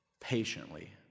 patiently